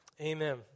Amen